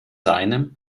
einem